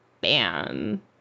Bam